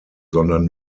sondern